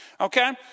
Okay